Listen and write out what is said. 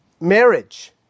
marriage